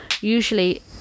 usually